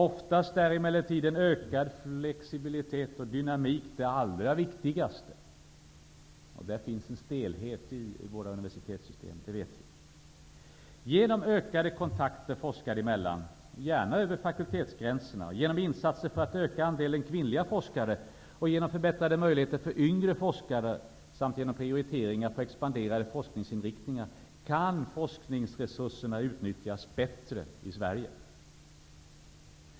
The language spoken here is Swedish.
Oftast är emellertid en ökad flexibilitet och dynamik det allra viktigaste, och vi vet att det finns en stelhet i våra universitetssystem. Genom ökade kontakter forskare emellan -- gärna över fakultetsgränserna -- genom insatser för att öka andelen kvinnliga forskare, genom förbättrade möjligheter för yngre forskare samt genom prioriteringar på expanderande forskningsinriktningar kan forskningsresurserna i Sverige utnyttjas bättre.